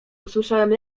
usłyszałem